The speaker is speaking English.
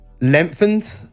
lengthened